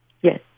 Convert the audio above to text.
yes